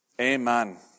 Amen